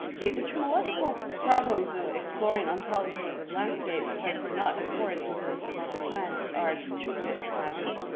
the epistemological problems of exploring ontologies of landscape that do not accord with those of modern science are, to put it mildly,